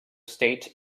state